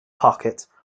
pocket